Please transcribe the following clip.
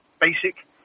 basic